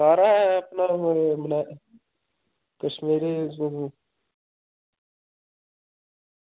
सारा समान कश्मीरी